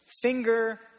finger